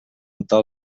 muntar